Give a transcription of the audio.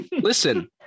listen